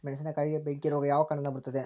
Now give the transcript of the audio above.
ಮೆಣಸಿನಕಾಯಿಗೆ ಬೆಂಕಿ ರೋಗ ಯಾವ ಕಾರಣದಿಂದ ಬರುತ್ತದೆ?